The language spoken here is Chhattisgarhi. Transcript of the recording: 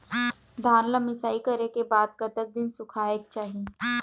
धान ला मिसाई करे के बाद कतक दिन सुखायेक चाही?